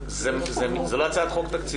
09:32) אבל זאת לא הצעת חוק תקציבית,